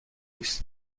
است